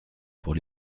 pour